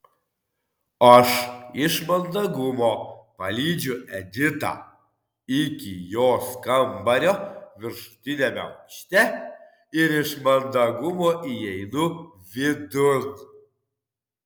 aš iš mandagumo palydžiu editą iki jos kambario viršutiniame aukšte ir iš mandagumo įeinu vidun